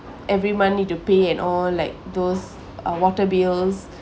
every month need to pay and all like those uh water bills